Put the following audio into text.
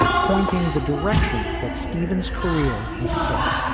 pointing the direction that stevens career was headed